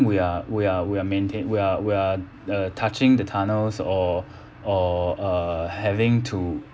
we are we are we are maintai~ we are we are uh touching the tunnels or or err having to